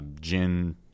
gin